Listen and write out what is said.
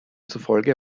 zufolge